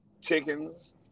chickens